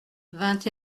vingt